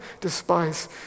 despise